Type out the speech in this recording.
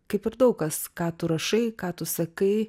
kaip ir daug kas ką tu rašai ką tu sakai